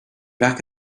back